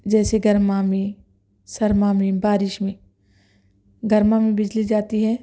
جیسے گرما میں سرما میں بارش میں گرما میں بجلی جاتی ہے